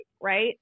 right